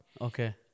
okay